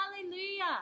Hallelujah